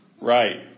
right